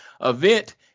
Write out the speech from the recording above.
event